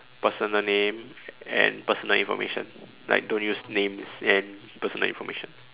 personal name and personal information like don't use names and personal information